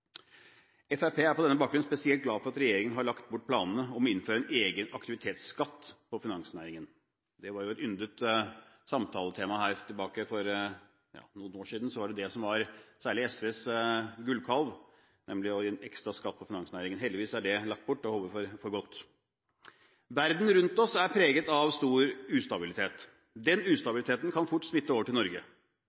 Fremskrittspartiet er på denne bakgrunn spesielt glad for at regjeringen har lagt bort planene om å innføre en egen aktivitetsskatt på finansnæringen. Det var jo et yndet samtaletema her – for noen år siden var det det som var særlig SVs gullkalv, nemlig en ekstraskatt på finansnæringen. Heldigvis er det lagt bort, og jeg håper for godt. Verden rundt oss er preget av stor ustabilitet. Den ustabiliteten kan fort smitte over til Norge.